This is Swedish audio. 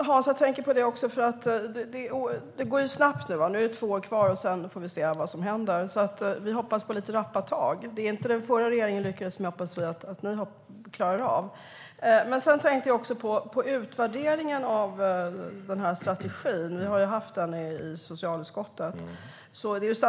Herr talman! Tiden går snabbt. Nu är det två år kvar av mandatperioden, och sedan får vi se vad som händer. Vi hoppas på lite rappa tag. Det som den förra regeringen inte lyckades med hoppas vi att ni klarar av. Statskontoret har utvärderat strategin, som vi har haft i socialutskottet.